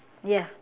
ya